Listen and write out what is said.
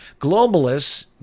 Globalists